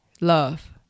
Love